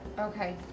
Okay